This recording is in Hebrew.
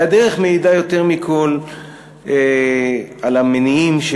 והדרך מעידה יותר מכול על המניעים של